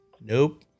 Nope